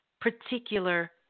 particular